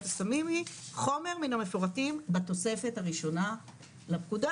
הסמים היא: חומר מן המפורטים בתוספת הראשונה לפקודה,